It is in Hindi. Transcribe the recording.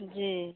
जी